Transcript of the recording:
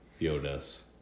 Yoda's